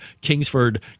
Kingsford